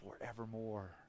forevermore